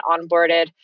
onboarded